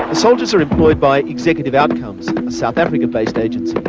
ah soldiers are employed by executive outcomes, a south african-based agency. but